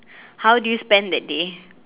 how do you spend that day